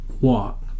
walk